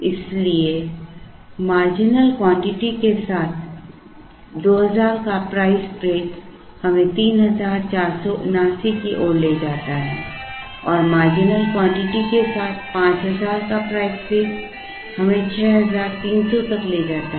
इसलिए marginal quantity के साथ 2000 का प्राइस ब्रेक हमें 3479 की ओर ले जाता है और मार्जिनल क्वांटिटी के साथ 5000 के प्राइस ब्रेक हमें 6300 तक ले जाता है